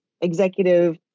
executive